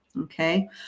Okay